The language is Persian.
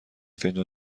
فنجان